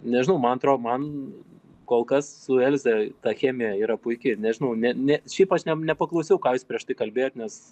nežinau man atro man kol kas su elze ta chemija yra puiki nežinau ne ne šiaip aš nem nepaklausiau ką jūs prieš tai kalbėjot nes